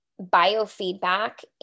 biofeedback